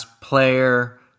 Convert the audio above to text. player